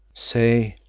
say,